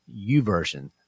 uversion